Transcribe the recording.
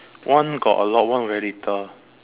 one got a lot one very little